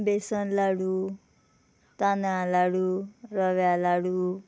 बेसन लाडू तानळां लाडू रव्या लाडू